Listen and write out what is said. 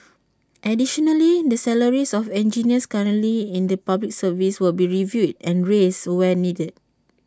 additionally the salaries of engineers currently in the Public Service will be reviewed and raised where needed